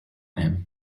him